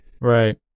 Right